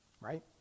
Right